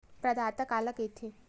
प्रदाता काला कइथे?